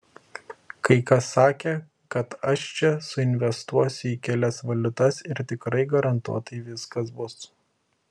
kai kas sakė kad aš čia suinvestuosiu į kelias valiutas ir tikrai garantuotai viskas bus